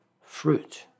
fruit